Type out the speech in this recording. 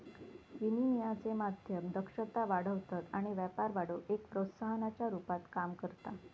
विनिमयाचे माध्यम दक्षता वाढवतत आणि व्यापार वाढवुक एक प्रोत्साहनाच्या रुपात काम करता